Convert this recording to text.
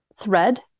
thread